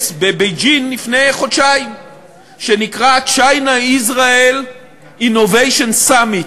בבייג'ין שנקרא China, Israel Innovation Summit,